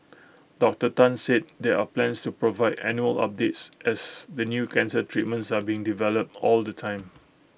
Doctor Tan said there are plans to provide annual updates as the new cancer treatments are being developed all the time